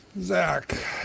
Zach